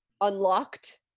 unlocked